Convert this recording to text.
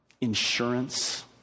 insurance